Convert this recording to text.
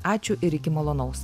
ačiū ir iki malonaus